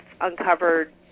uncovered